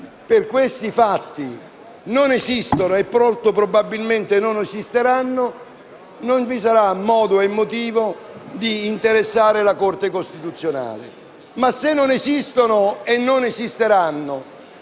per questi fatti non esistono e molto probabilmente non esisteranno, non vi saranno modo e motivo di interessare la Corte costituzionale. Ma se non esistono e non esisteranno,